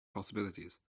possibilities